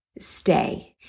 stay